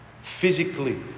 Physically